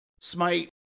Smite